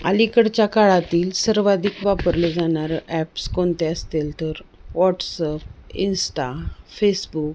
अलीकडच्या काळातील सर्वाधिक वापरलं जाणारं ॲप्स कोणते असतील तर वॉट्सअप इंस्टा फेसबुक